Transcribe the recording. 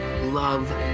love